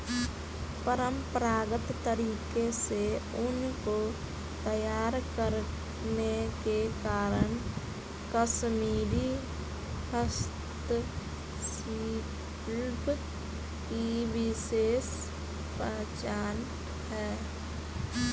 परम्परागत तरीके से ऊन को तैयार करने के कारण कश्मीरी हस्तशिल्प की विशेष पहचान है